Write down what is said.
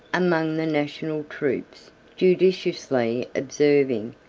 among the national troops judiciously observing,